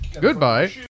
Goodbye